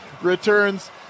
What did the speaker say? returns